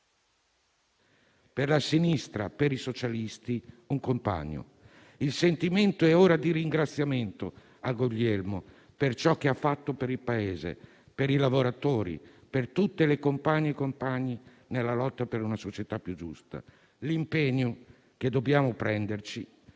per la sinistra, per i socialisti, un compagno. Il sentimento è ora di ringraziamento a Guglielmo per ciò che ha fatto per il Paese, per i lavoratori, per tutte le compagne e i compagni nella lotta per una società più giusta. L'impegno che dobbiamo prenderci